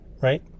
right